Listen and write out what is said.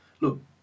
look